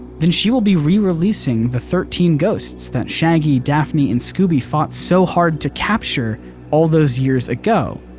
then she will be re-releasing the thirteen ghosts that shaggy, daphne, and scooby fought so hard to capture all those years ago.